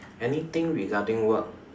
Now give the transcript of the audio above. anything regarding work